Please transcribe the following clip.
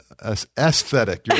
aesthetic